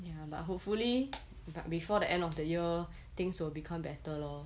ya but hopefully but before the end of the year things will become better lor